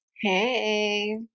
Hey